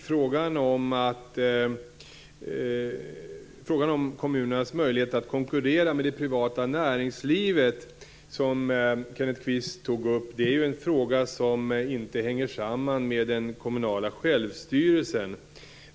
Fru talman! Frågan om kommunernas möjligheter att konkurrera med det privata näringslivet, som Kenneth Kvist tog upp, är en fråga som inte hänger samman med den kommunala självstyrelsen.